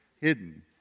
hidden